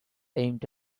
aimed